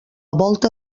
volta